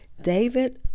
David